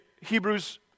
Hebrews